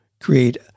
create